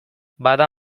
bada